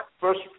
first